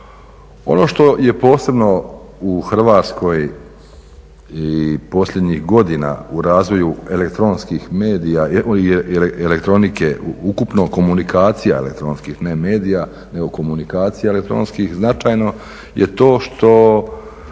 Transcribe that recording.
Ono što je posebno u Hrvatskoj i posljednjih godina u razvoju elektronskih medija i elektronike ukupno, komunikacija elektronskih, ne medija, nego komunikacija elektronskih značajno je to što